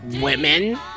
women